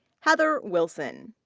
heather wilson.